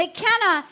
McKenna